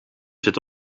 zit